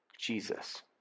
jesus